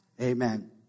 Amen